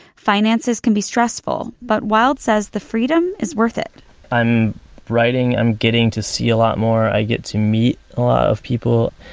finances can be stressful, but wild says the freedom is worth it i'm writing, i'm getting to see a lot more, i get to of people,